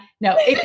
No